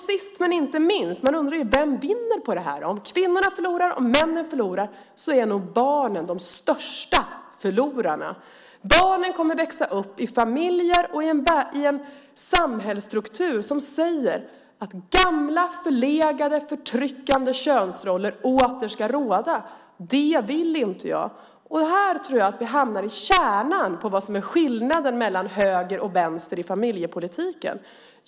Sist men inte minst kan man undra vem som vinner på detta. Även om både kvinnorna och männen förlorar är nog barnen de största förlorarna. Barnen kommer att växa upp i familjer och i en samhällsstruktur som säger att gamla förlegade förtryckande könsroller åter ska råda. Det vill inte jag. Här tror jag att vi hamnar i kärnan av vad som är skillnaden mellan höger och vänster i familjepolitiken.